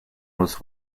was